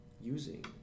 using